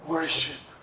Worship